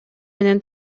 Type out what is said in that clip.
менен